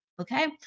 Okay